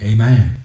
Amen